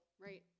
right